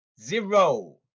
Zero